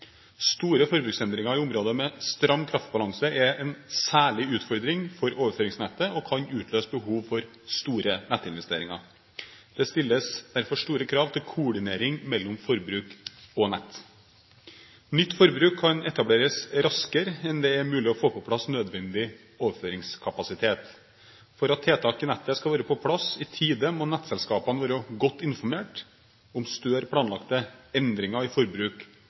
Store forbruksetableringer i områder med stram kraftbalanse er en særlig utfordring for overføringsnettet og kan utløse behov for store nettinvesteringer. Det stilles derfor store krav til koordinering mellom forbruk og nett. Nytt forbruk kan etableres raskere enn det er mulig å få på plass nødvendig overføringskapasitet. For at tiltak i nettet skal være på plass i tide, må nettselskapene være godt informert om større planlagte endringer i forbruk